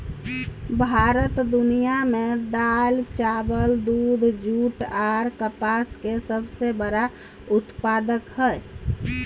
भारत दुनिया में दाल, चावल, दूध, जूट आर कपास के सबसे बड़ा उत्पादक हय